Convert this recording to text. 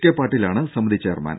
K പാട്ടീലാണ് സമിതി chairman